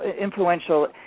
influential